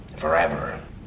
Forever